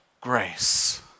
grace